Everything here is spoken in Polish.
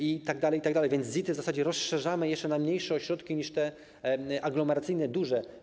Itd., itd. ZIT-y w zasadzie rozszerzamy jeszcze na mniejsze ośrodki niż te aglomeracyjne, duże.